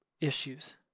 issues